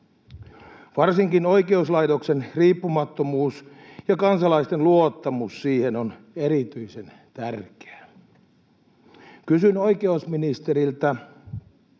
Varsinkin oikeuslaitoksen riippumattomuus ja kansalaisten luottamus siihen on erityisen tärkeää. Kysyn oikeusministeriltä: